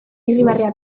irribarrea